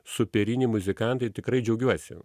superinį muzikantai tikrai džiaugiuosi